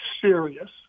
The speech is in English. serious